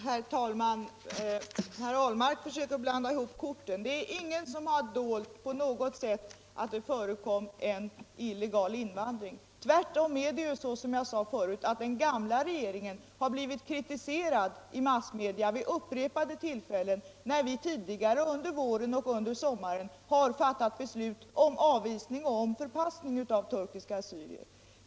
Herr talman! Per Ahlmark försöker blanda ihop korten. Ingen har på något sätt sökt dölja att det förekom en illegal invandring. Tvärtom har, som jag sade förut, den gamla regeringen vid upprepade tillfällen kritiserats i massmedia när den tidigare under våren och sommaren har fattat beslut om avvisning och förpassning av turkiska assyrier.